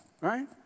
right